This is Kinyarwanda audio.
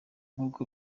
nk’uko